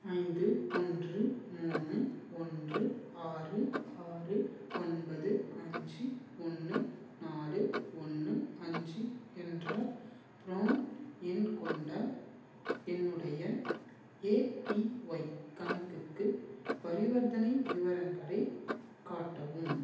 ஐந்து ஒன்று மூணு ஒன்று ஆறு ஆறு ஒன்பது அஞ்சு ஒன்று நாலு ஒன்று அஞ்சு என்ற ப்ரௌன் எண் கொண்ட என்னுடைய ஏபிஒய் கணக்குக்கு பரிவர்த்தனை விவரங்களைக் காட்டவும்